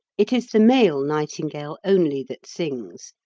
it is the male nightingale only that sings,